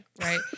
right